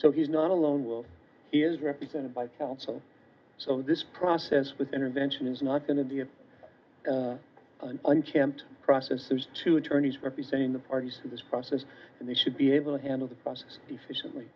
so he's not alone will he is represented by counsel so this process with intervention is not an idiot and champ process there's two attorneys representing the parties in this process and they should be able to handle the process efficiently